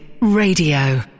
Radio